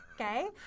okay